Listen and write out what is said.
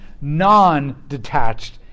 non-detached